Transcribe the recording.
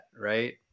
right